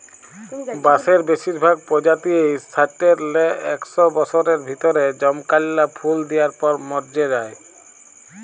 বাঁসের বেসিরভাগ পজাতিয়েই সাট্যের লে একস বসরের ভিতরে জমকাল্যা ফুল দিয়ার পর মর্যে যায়